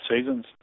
seasons